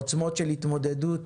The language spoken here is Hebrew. עוצמות של התמודדות,